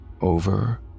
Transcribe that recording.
Over